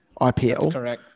IPL